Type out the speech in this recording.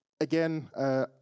again